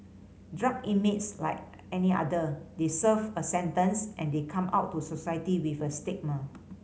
drug inmates like any other they serve a sentence and they come out to society with a stigma